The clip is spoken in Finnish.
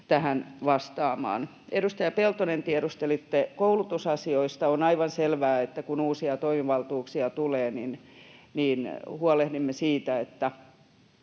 tähän vastaamaan. Edustaja Peltonen, tiedustelitte koulutusasioista. On aivan selvää, että kun uusia toimivaltuuksia tulee, huolehdimme siitä, että